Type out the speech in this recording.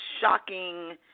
shocking